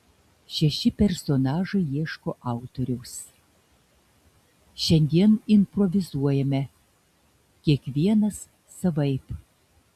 šeši personažai ieško autoriaus šiandien improvizuojame kiekvienas savaip